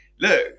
look